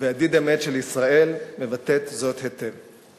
וידיד אמת של ישראל מבטאת זאת היטב.